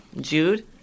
Jude